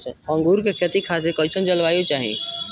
अंगूर के खेती खातिर कइसन जलवायु चाही?